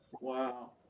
Wow